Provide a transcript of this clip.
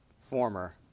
former